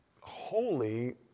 holy